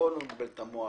בואו לא נבלבל את המוח.